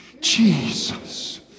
Jesus